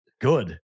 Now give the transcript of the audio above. good